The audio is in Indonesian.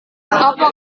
apa